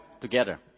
together